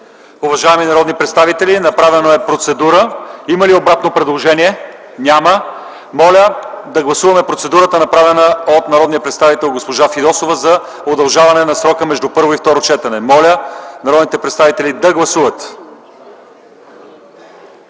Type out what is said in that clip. Уважаеми народни представители, направена е процедура. Има ли обратно предложение? Няма. Моля да гласуваме процедурата, направена от народния представител госпожа Фидосова, за удължаване на срока между първо и второ четене. Гласували 132 народни представители: за